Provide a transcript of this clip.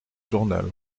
journal